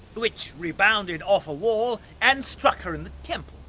which rebounded off a wall and struck her in the temple.